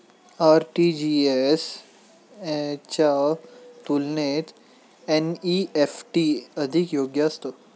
RTGS च्या तुलनेत NEFT अधिक योग्य असतं